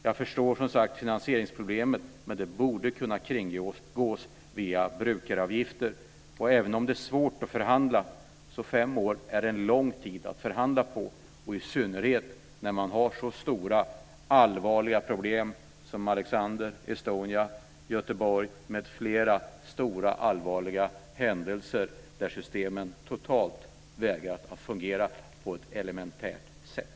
Jag förstår som sagt finansieringsproblemet, men det borde kunna kringgås med brukaravgifter. Även om det är svårt att förhandla är fem år en långt tid att förhandla på, i synnerhet när man har så stora, allvarliga problem som Malexander, Estonia, Göteborg m.fl. Det är stora, allvarliga händelser där systemen totalt vägrat att fungera på ett elementärt sätt.